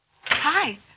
Hi